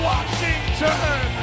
Washington